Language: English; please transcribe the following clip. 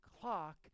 clock